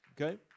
Okay